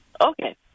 Okay